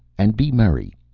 and be merry!